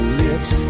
lips